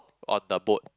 on the boat